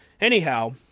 Anyhow